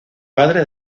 padre